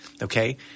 Okay